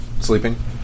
Sleeping